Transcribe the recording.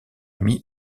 mis